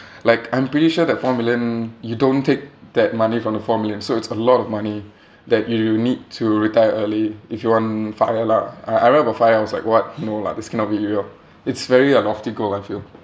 like I'm pretty sure that four million you don't take that money from the four million so it's a lot of money that you need to retire early if you want FIRE lah I I read about FIRE I was like what no lah this cannot be real it's very a lofty goal I feel